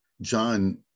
John